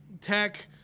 tech